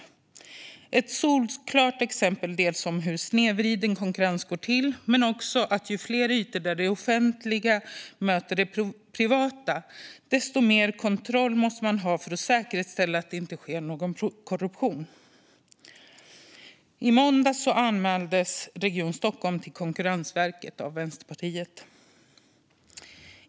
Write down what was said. Det är ett solklart exempel på hur snedvriden konkurrens går till men också på att ju fler ytor där det offentliga möter det privata, desto mer kontroll måste man ha för att säkerställa att det sker utan korruption. I måndags anmäldes Region Stockholm till Konkurrensverket av Vänsterpartiet.